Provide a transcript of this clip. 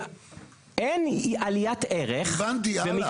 אין עליית ערך במקרים --- הבנתי, הלאה.